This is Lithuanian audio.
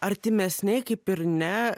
artimesnėj kaip ir ne